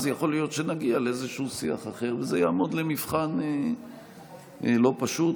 אז יכול להיות שנגיע לשיח אחר וזה יעמוד למבחן לא פשוט.